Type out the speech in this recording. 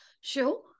show